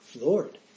Lord